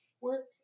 work